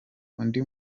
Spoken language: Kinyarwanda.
undi